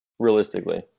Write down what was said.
realistically